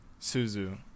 Suzu